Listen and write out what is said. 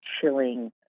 chilling